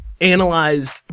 analyzed